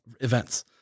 events